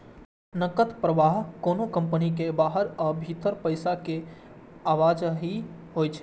नकद प्रवाह कोनो कंपनी के बाहर आ भीतर पैसा के आवाजही होइ छै